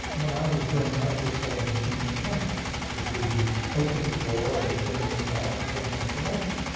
when i was growing up, was called being a parent, which is you open the door, and the children went out and came home for lunch.